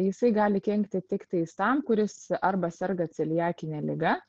jisai gali kenkti tiktais tam kuris arba serga celiakine liga